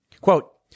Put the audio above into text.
Quote